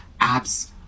apps